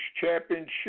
championship